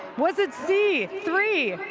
was it c three,